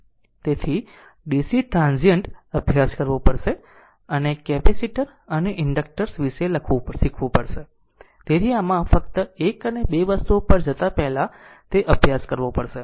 તેથી DC transient અભ્યાસ કરવો પડશે અને કેપેસિટર અને ઇન્ડકટર્સ વિશે શીખવું પડશે તેથી આમાં ફક્ત એક અને બે વસ્તુઓ પર જતાં પહેલાં તે અભ્યાસ કરવો પડશે